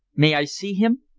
may i see him?